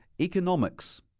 economics